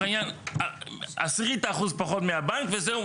העניין עשירית האחוז פחות מהבנק וזהו,